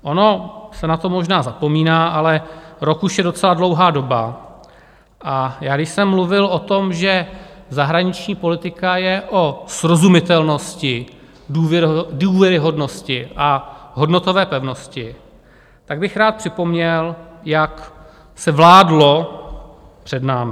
Ono se na to možná zapomíná, ale rok už je docela dlouhá doba, a já když jsem mluvil o tom, že zahraniční politika je o srozumitelnosti, důvěryhodnosti a hodnotové pevnosti, tak bych rád připomněl, jak se vládlo před námi.